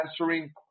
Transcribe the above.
answering